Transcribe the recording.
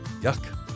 Yuck